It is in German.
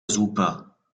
super